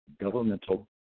governmental